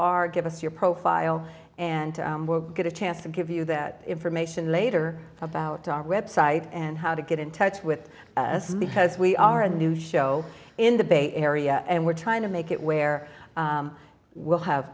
are give us your profile and we'll get a chance to give you that information later about our website and how to get in touch with us because we are a new show in the bay area and we're trying to make it where we'll have